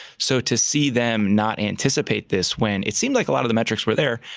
so, to see them not anticipate this, when it seemed like a lot of the metrics were there,